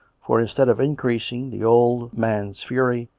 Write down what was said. for, instead of increasing the old man's fury,